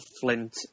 Flint